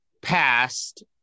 Past